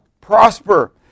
prosper